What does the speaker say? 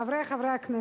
חברי חברי הכנסת,